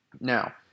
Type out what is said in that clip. Now